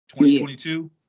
2022